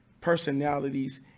personalities